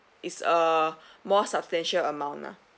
is a more substantial amount lah